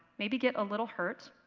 maybe get a little burt,